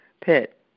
Pitt